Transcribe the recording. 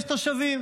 יש תושבים,